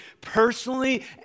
personally